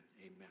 Amen